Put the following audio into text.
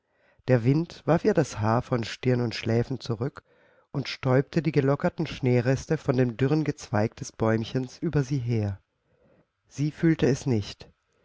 der wind warf ihr das haar von stirn und schläfen zurück und stäubte die gelockerten schneereste von dem dürren gezweig des bäumchens über sie her sie fühlte es nicht